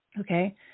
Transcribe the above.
okay